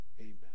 Amen